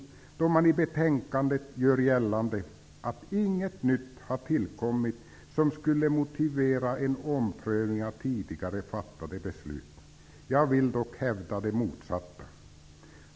Man gör nämligen i betänkandet gällande att inget nytt har tillkommit som motiverar en omprövning av tidigare fattat beslut. Jag vill dock hävda det motsatta.